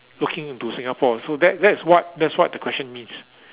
looking into Singapore so that's that is what that's what the question means